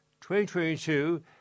2022